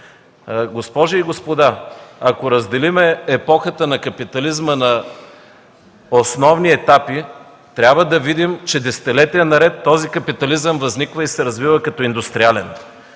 Госпожи и господа, ако разделим епохата на капитализма на основни етапи, трябва да видим, че десетилетия наред този капитализъм възниква и се развива като индустриален.